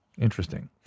interesting